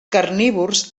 carnívors